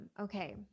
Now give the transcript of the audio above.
Okay